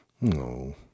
No